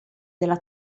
della